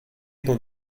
dans